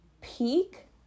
peak